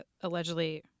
allegedly